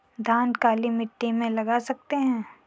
धान काली मिट्टी में लगा सकते हैं?